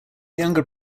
younger